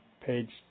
page